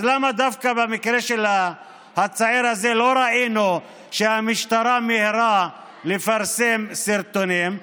אז למה דווקא במקרה של הצעיר הזה לא ראינו שהמשטרה מיהרה לפרסם סרטונים?